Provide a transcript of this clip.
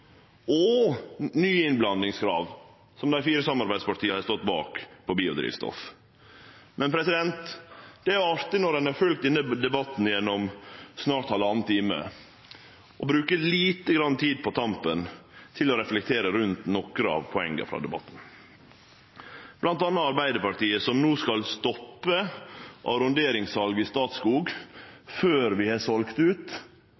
og nye innblandingskrav for biodrivstoff, som dei fire samarbeidspartia har stått bak. Det er artig når ein har følgt denne debatten gjennom snart halvannan time, å bruke lite grann tid på tampen til å reflektere rundt nokre av poenga frå debatten, bl.a. at Arbeidarpartiet no skal stoppe arronderingssal i Statskog før vi har selt ut